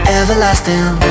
everlasting